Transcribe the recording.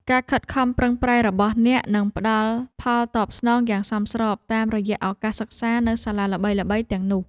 ការខិតខំប្រឹងប្រែងរបស់អ្នកនឹងផ្តល់ផលតបស្នងយ៉ាងសមស្របតាមរយៈឱកាសសិក្សានៅសាលាល្បីៗទាំងនោះ។